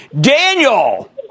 Daniel